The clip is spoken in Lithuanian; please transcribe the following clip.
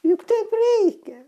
juk taip reikia